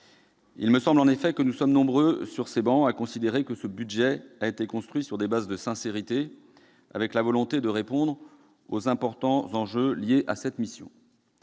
Il me semble en effet que nous sommes nombreux sur ces travées à considérer que ce budget a été construit sur des bases de sincérité, avec la volonté de répondre aux importants enjeux liés à cette mission.